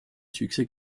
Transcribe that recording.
succès